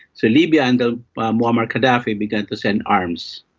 so libya and muammar gaddafi began to send arms.